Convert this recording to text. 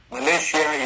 Malaysia